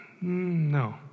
No